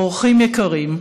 אורחים יקרים,